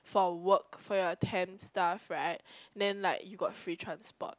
for work for your temp staff right then like you got free transport